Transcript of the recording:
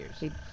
years